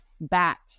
back